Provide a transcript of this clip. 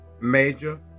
major